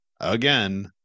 again